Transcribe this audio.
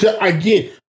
Again